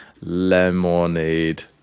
lemonade